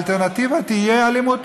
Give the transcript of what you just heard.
האלטרנטיבה תהיה אלימות.